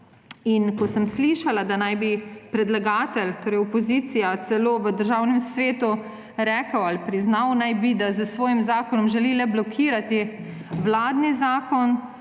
Ko sem slišala, da naj bi predlagatelj, torej opozicija, celo v Državnem svetu rekel ali priznal, da želi s svojim zakonom le blokirati vladni zakon,